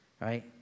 right